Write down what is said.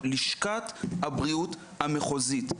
לשכת הבריאות המחוזית.